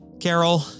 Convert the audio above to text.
Carol